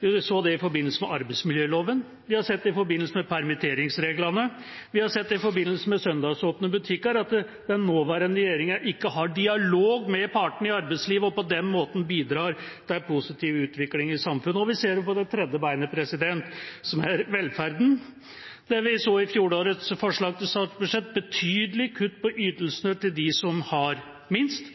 Vi så det i forbindelse med arbeidsmiljøloven, vi har sett det i forbindelse med permitteringsreglene, og vi har sett det i forbindelse med søndagsåpne butikker – at den nåværende regjeringa ikke har dialog med partene i arbeidslivet og på den måten bidrar til en positiv utvikling i samfunnet. Vi ser det også på det tredje beinet, som er velferden, der vi i fjorårets forslag til statsbudsjett så betydelige kutt i ytelsene til dem som har minst: